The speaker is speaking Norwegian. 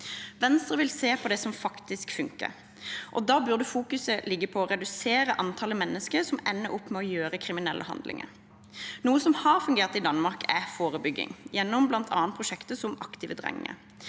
Venstre vil se på det som faktisk funker, og da burde fokuset ligge på å redusere antallet mennesker som ender opp med å gjøre kriminelle handlinger. Noe som har fungert i Danmark, er forebygging, gjennom bl.a. prosjekter som «Aktive Drenge».